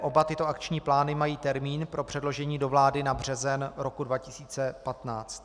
Oba tyto akční plány mají termín pro předložení do vlády na březen roku 2015.